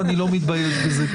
ואני לא מתבייש בזה.